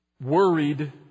worried